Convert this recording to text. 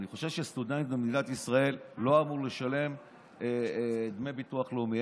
אני חושב שסטודנט במדינת ישראל לא אמור לשלם דמי ביטוח לאומי.